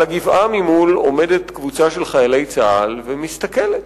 על הגבעה ממול עומדת קבוצה של חיילי צה"ל ומסתכלת.